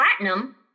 platinum